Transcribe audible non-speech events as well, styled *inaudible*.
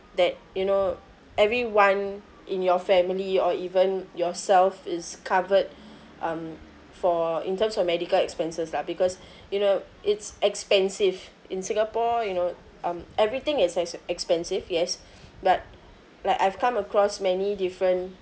that you know everyone in your family or even yourself is covered um for in terms of medical expenses lah because *breath* you know it's expensive in singapore you know um everything is ex~ expensive yes *breath* but like I've come across many different